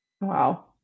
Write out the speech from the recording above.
Wow